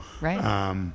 right